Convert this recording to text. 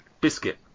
Biscuit